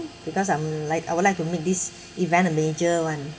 because I'm like I would like to make this event a major [one]